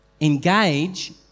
engage